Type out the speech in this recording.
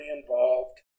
involved